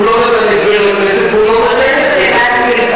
הוא לא נתן הסבר לכנסת והוא לא נותן הסבר לכנסת.